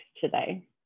today